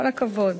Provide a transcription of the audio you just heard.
כל הכבוד.